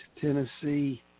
Tennessee